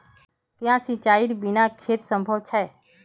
क्याँ सिंचाईर बिना खेत असंभव छै?